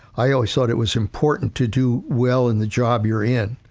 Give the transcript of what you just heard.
i, i always thought it was important to do well in the job you're in,